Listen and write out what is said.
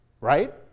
Right